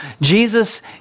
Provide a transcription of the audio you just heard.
Jesus